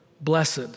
blessed